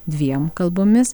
dviem kalbomis